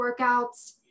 workouts